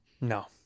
No